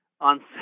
on